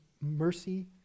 mercy